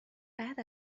بعد